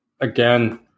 again